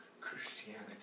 Christianity